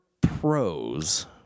pros